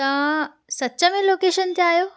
तव्हां सच में लोकेशन ते आहियो